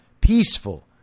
peaceful